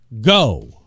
go